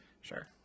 Sure